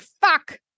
fuck